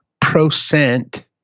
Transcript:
percent